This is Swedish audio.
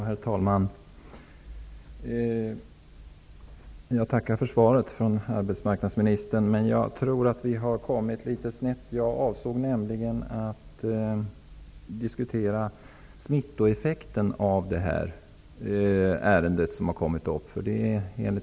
Herr talman! Jag tackar arbetsmarknadsministern för svaret. Men jag tror att vi har kommit litet snett. Jag avsåg nämligen att diskutera smittoeffekten av det ärende som har kommit upp.